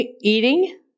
eating